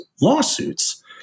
lawsuits